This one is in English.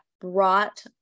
brought